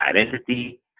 identity